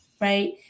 right